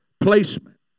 placement